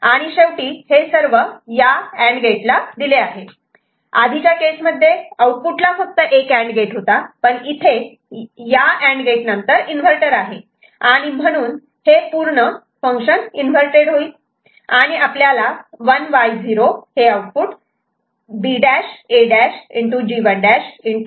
आणि शेवटी हे सर्व ह्या अँड गेटला दिले आहे आधीच्या केसमध्ये आऊटपुटला फक्त एक अँड गेट होता पण इथे या अँड गेट नंतर इन्व्हर्टर आहे आणि म्हणून हे पूर्ण इन्वर्तेड होईल आणि आपल्याला 1Y0 B'A'